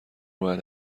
باید